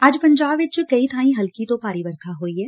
ਅੱਜ ਪੰਜਾਬ ਵਿਚ ਕਈ ਬਾਈ ਹਲਕੀ ਤੋ ਭਾਰੀ ਵਰਖਾ ਹੋਈ ਐ